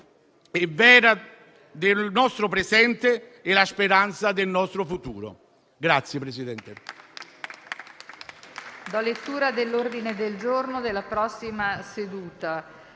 e vera del nostro presente e la speranza del nostro futuro.